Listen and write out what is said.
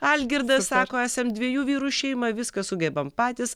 algirdas sako esam dviejų vyrų šeima viską sugebam patys